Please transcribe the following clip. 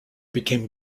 became